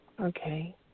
Okay